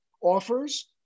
offers